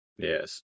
Yes